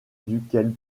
duquel